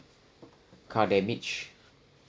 car damage